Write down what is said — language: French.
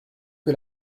que